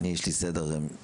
אני, יש לי סדר בוועדה.